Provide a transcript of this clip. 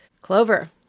Clover